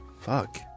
Fuck